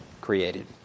created